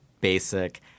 basic